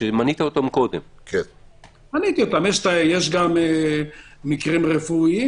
יש גם מקרים רפואיים.